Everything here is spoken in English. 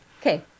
Okay